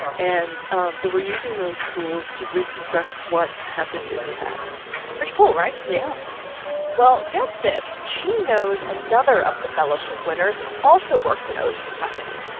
and so we're using those tools to reconstruct what happened in the past pretty cool, right? yeah well, get this she knows another of the fellowship winners who also works in ocean science,